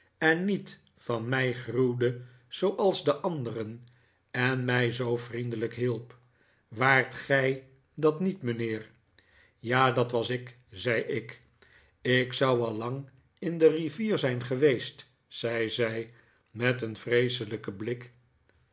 en niet van mij gruwde zooals de anderen en mij zoo vriendelijk hielp waart gij dat niet mijnheer ja dat was ik zei ik ik zou al lang in de rivier zijn geweest zei zij met een vreeselijken blik